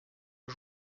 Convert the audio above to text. aux